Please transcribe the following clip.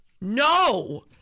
no